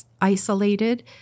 isolated